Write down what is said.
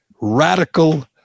radical